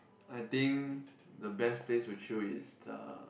I think the best place to chill is the